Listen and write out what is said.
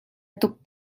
tuk